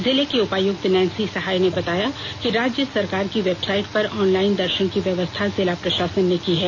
जिले की उपायक्त नैनसी सहाय ने बताया कि राज्य सरकार के वेबसाईट पर ऑनलाईन दर्षन की व्यवस्था जिला प्रषासन ने की है